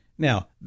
Now